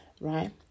right